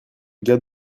gars